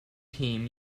team